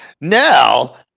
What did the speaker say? Now